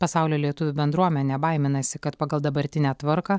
pasaulio lietuvių bendruomenė baiminasi kad pagal dabartinę tvarką